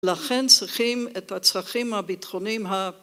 לכן צריכים את הצרכים הביטחוניים ה...